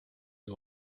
den